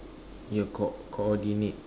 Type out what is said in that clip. your co~ coordinate